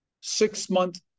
six-month